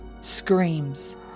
Screams